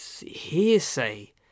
hearsay